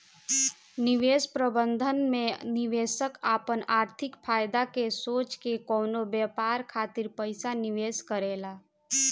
निवेश प्रबंधन में निवेशक आपन आर्थिक फायदा के सोच के कवनो व्यापार खातिर पइसा निवेश करेला